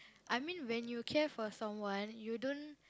I mean when you care for someone you don't